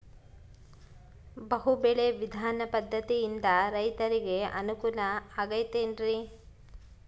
ಬಹು ಬೆಳೆ ವಿಧಾನ ಪದ್ಧತಿಯಿಂದ ರೈತರಿಗೆ ಅನುಕೂಲ ಆಗತೈತೇನ್ರಿ?